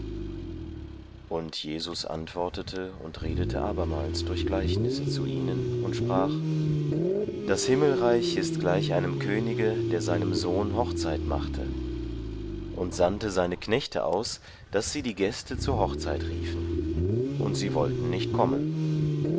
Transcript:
und jesus antwortete und redete abermals durch gleichnisse zu ihnen und sprach das himmelreich ist gleich einem könige der seinem sohn hochzeit machte und sandte seine knechte aus daß sie die gäste zur hochzeit riefen und sie wollten nicht kommen